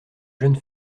jeune